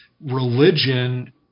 religion